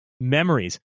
memories